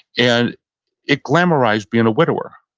and it glamorized being a widower.